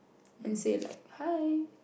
and say like hi